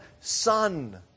Son